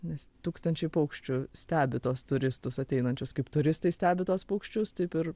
nes tūkstančiai paukščių stebi tuos turistus ateinančius kaip turistai stebi tuos paukščius taip ir